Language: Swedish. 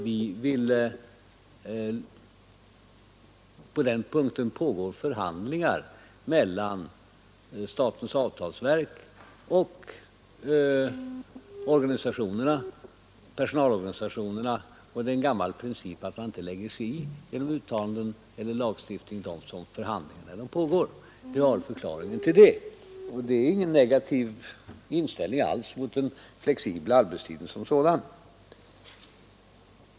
På den här punkten pågår ju förhandlingar mellan statens avtalsverk och personalorganisationerna, och det är en gammal princip att man inte genom uttalanden eller lagstiftning lägger sig i de förhandlingar som pågår. Det var förklaringen till det, och det innebär inte alls någon negativ inställning till den flexibla arbetstiden som sådan.